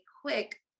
quick